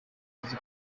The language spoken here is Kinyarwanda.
izi